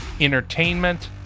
entertainment